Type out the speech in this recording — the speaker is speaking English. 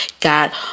got